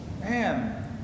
man